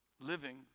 living